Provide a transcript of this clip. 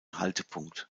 haltepunkt